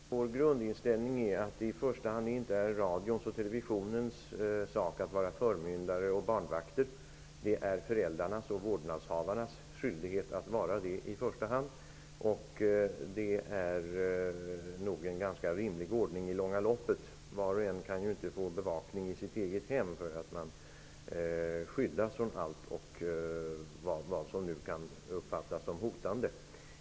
Fru talman! Vår grundinställning är att det inte är i första hand radions och televisionens sak att vara förmyndare och barnvakter. Det är i första hand föräldrarnas och vårdnadshavarnas skyldighet. Det är nog en ganska rimlig ordning i det långa loppet -- var och en kan ju inte få bevakning i sitt eget hem för att skyddas från allt som kan uppfattas som hotande.